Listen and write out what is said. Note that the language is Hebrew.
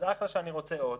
אז זה אחלה שאני רוצה עוד.